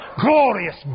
glorious